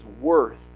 worth